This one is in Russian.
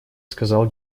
сказал